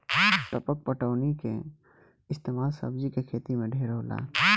टपक पटौनी के इस्तमाल सब्जी के खेती मे ढेर होला